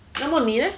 那么你 leh